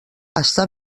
està